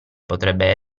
potrebbe